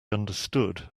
understood